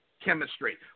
chemistry